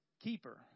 keeper